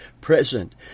present